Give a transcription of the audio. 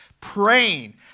praying